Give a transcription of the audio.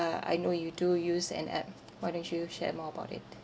I know you do use an app why don't you share more about it